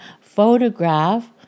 photograph